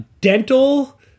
dental